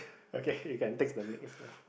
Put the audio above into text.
okay you can take the next one